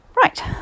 Right